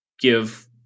give